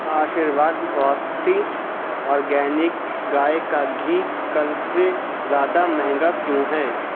آشرواد Swasti organic گائے کا گھی کل سے زیادہ مہنگا کیوں ہے